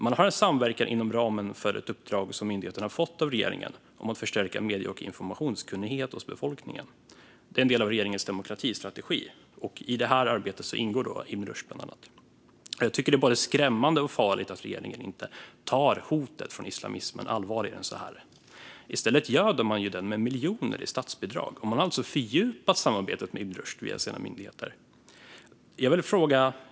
Man har samverkan inom ramen för ett uppdrag som myndigheten fått av regeringen om att förstärka medie och informationskunnigheten hos befolkningen. Det är en del av regeringens demokratistrategi, och i det arbetet ingår bland andra Ibn Rushd. Jag tycker att det är både skrämmande och farligt att regeringen inte tar hotet från islamismen på större allvar än så här. I stället göder man den med miljoner i statsbidrag, och man har alltså fördjupat samarbetet med Ibn Rushd genom sina myndigheter.